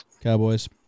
Cowboys